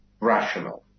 rational